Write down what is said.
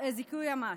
זיכוי המס,